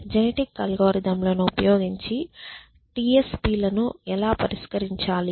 genetic అల్గోరిథంలను ఉపయోగించి TSP లను ఎలా పరిష్కరించాలి